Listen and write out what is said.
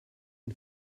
ihn